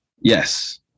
yes